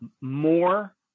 more